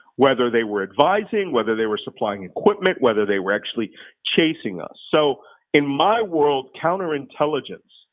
whether they were advising, whether they were supplying equipment, whether they were actually chasing us, so in my world, counterintelligence,